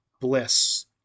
bliss